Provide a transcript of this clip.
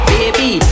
Baby